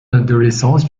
adolescence